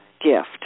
gift